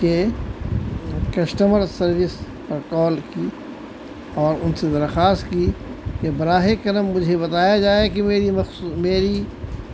کے customer service پر call کی اور ان سے درخواست کی کہ براہ کرم مجھے بتایا جائے کہ میری مخصوص میری